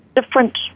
different